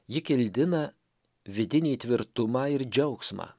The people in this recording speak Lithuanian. ji kildina vidinį tvirtumą ir džiaugsmą